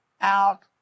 out